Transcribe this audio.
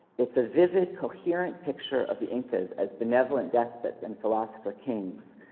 it's a vivid, coherent picture of the incas as benevolent despots and philosopher kings.